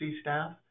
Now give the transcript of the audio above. staff